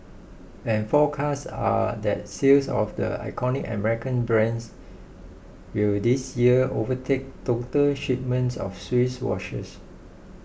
and forecasts are that sales of the iconic American brands will this year overtake total shipments of Swiss watches